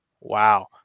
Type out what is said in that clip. Wow